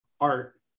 art